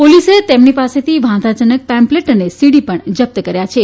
પોલીસે તેમની પાસેથી વાંધાજનક પેમ્ફલેટ અને સીડી પણ જપ્ત કરી છે